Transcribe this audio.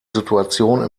situation